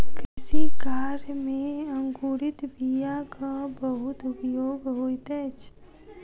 कृषि कार्य में अंकुरित बीयाक बहुत उपयोग होइत अछि